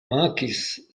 mankis